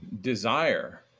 desire